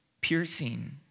piercing